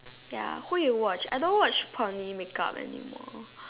ya who you watch I don't watch make up anymore